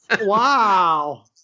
Wow